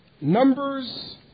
Numbers